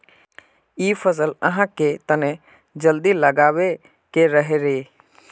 इ फसल आहाँ के तने जल्दी लागबे के रहे रे?